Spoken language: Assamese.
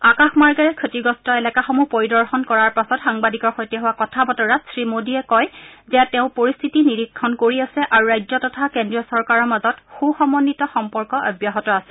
আকাশ মাৰ্গেৰে ক্ষতিগ্ৰস্ত এলেকাসমূহ পৰিদৰ্শন কৰাৰ পাছত সাংবাদিকৰ সৈতে হোৱা কথা বতৰাত শ্ৰী মোডীয়ে কয় যে তেওঁ পৰিস্থিতি নিৰীক্ষণ কৰি আছে আৰু ৰাজ্য তথা কেন্দ্ৰীয় চৰকাৰৰ মাজত সূ সম্বিত সম্পৰ্ক অব্যাহত আছে